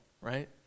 right